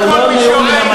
אבל לא מהמקום.